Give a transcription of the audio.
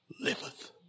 liveth